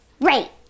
Right